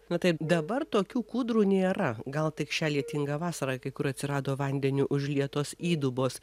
na taip dabar tokių kūdrų nėra gal tik šią lietingą vasarą kai kur atsirado vandeniu užlietos įdubos